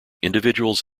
individuals